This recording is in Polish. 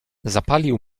zapalił